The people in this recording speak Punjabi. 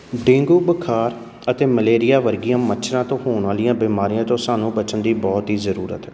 ਡੇਂਗੂ ਬੁਖਾਰ ਅਤੇ ਮਲੇਰੀਆ ਵਰਗੀਆਂ ਮੱਛਰਾਂ ਤੋਂ ਹੋਣ ਵਾਲੀਆਂ ਬਿਮਾਰੀਆਂ ਤੋਂ ਸਾਨੂੰ ਬਚਣ ਦੀ ਬਹੁਤ ਹੀ ਜ਼ਰੂਰਤ ਹੈ